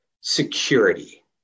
security